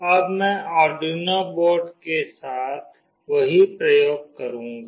अब मैं Arduino board के साथ वही प्रयोग करूंगी